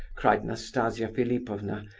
cried nastasia philipovna,